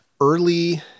early